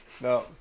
No